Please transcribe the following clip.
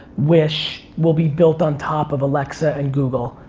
wish, will be built on top of alexa and google.